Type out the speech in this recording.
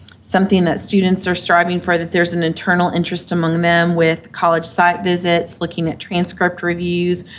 something that students are striving for, that there's an internal interest among them with college site visits, looking at transcript reviews,